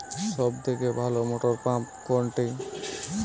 সবথেকে ভালো মটরপাম্প কোনটি?